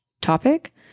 topic